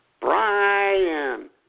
Brian